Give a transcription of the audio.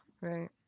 Right